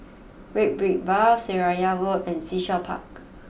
Red Brick Path Seraya Road and Sea Shell Park